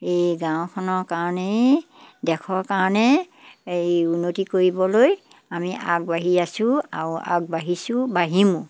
এই গাঁওখনৰ কাৰণেই দেশৰ কাৰণে এই উন্নতি কৰিবলৈ আমি আগবাঢ়ি আছোঁ আৰু আগবাঢ়িছোঁ বাঢ়িমো